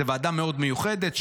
זאת ועדה מאוד מיוחדת,